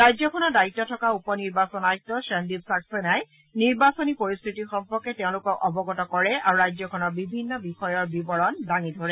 ৰাজ্যখনৰ দায়িত্বত থকা উপ নিৰ্বাচন আয়ুক্ত সন্দীপ ছাপ্পেনাই নিৰ্বাচনী পৰিস্থিতি সম্পৰ্কে তেওঁলোকক অৱগত কৰে আৰু ৰাজ্যখনৰ বিভিন্ন বিষয়ৰ বিৱৰণ দাঙি ধৰে